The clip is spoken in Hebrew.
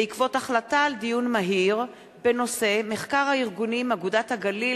בעקבות דיון מהיר בנושא: מחקר הארגונים "אגודת הגליל",